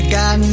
got